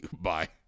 Bye